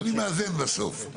אני מאזן בסוף.